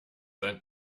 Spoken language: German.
ein